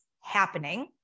happening